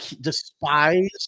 despise